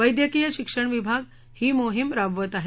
वद्यक्तीय शिक्षण विभाग ही मोहीम राबवत आहे